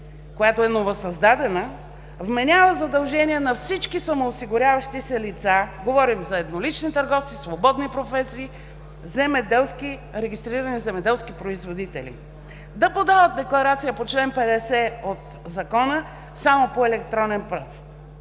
която е новосъздадена, вменява задължения на всички самоосигуряващи се лица – говорим за еднолични търговци, свободни професии, регистрирани земеделски производители, да подават декларация по чл. 50 от Закона само по електронен път.